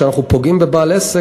שכשאנחנו פוגעים בבעל עסק,